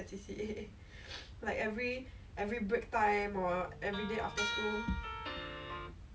so it was a tough three years but err do I regret it mm may be